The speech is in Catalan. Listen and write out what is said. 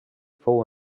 fou